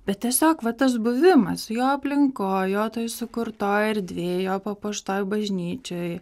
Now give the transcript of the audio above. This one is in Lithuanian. bet tiesiog va tas buvimas jo aplinkoj jo toj sukurtoj erdvėj jo papuoštoj bažnyčioj